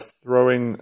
throwing